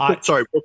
Sorry